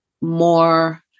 more